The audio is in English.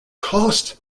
cost